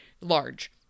large